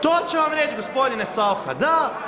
To će vam reći gospodine Saucha, da.